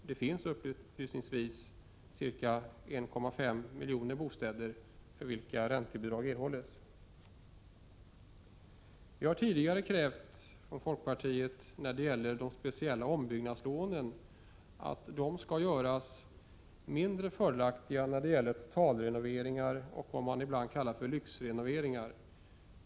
Jag kan upplysningsvis nämna att det finns ca 1,5 miljoner bostäder för vilka räntebidrag erhålls. Vi inom folkpartiet har tidigare krävt att de speciella ombyggnadslånen skall göras mindre fördelaktiga då det är fråga om totalrenoveringar och vad man ibland kallar lyxrenoveringar.